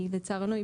לצערנו,